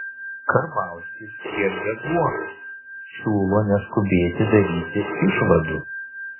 karbauskis gerbia guogą siūlo neskubėti daryti išvadų